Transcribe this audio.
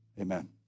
Amen